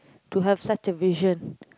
to have such a vision